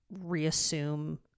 reassume